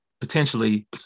potentially